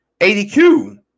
ADQ